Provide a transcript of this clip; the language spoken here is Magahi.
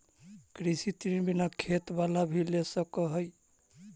कृषि ऋण बिना खेत बाला भी ले सक है?